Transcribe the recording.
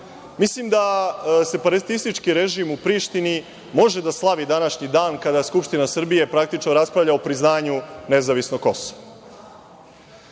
Mislim da separatistički režim u Prištini može da slavi današnji dan kada Skupština Srbije praktično raspravlja o priznanju nezavisnog